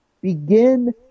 Begin